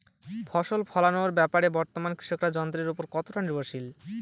ফসল ফলানোর ব্যাপারে বর্তমানে কৃষকরা যন্ত্রের উপর কতটা নির্ভরশীল?